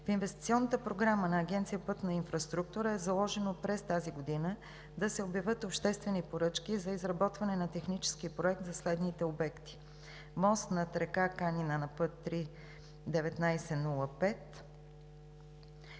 В инвестиционната програма на Агенция „Пътна инфраструктура“ е заложено през тази година да се обявят обществени поръчки за изработване на технически проект за следните обекти: мост над река Канина на път III-1905